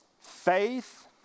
Faith